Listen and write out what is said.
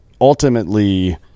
ultimately